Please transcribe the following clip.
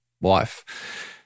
wife –